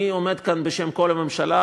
אני עומד כאן בשם כל הממשלה,